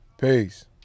peace